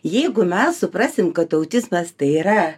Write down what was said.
jeigu mes suprasim kad autizmas tai yra